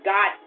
God